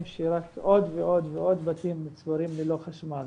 שעוד ועוד ועוד בתים נותרים ללא חשמל,